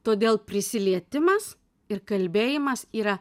todėl prisilietimas ir kalbėjimas yra